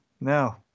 no